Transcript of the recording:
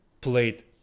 played